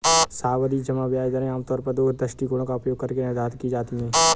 सावधि जमा ब्याज दरें आमतौर पर दो दृष्टिकोणों का उपयोग करके निर्धारित की जाती है